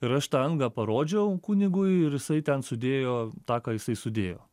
ir aš tą angą parodžiau kunigui ir jisai ten sudėjo tą ką jisai sudėjo